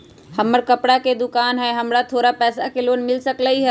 हमर कपड़ा के दुकान है हमरा थोड़ा पैसा के लोन मिल सकलई ह?